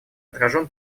отражен